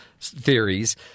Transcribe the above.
theories